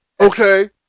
Okay